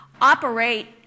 operate